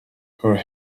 her